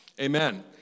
Amen